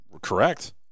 Correct